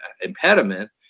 impediment